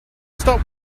stop